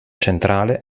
centrale